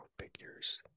figures